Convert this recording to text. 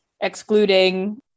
excluding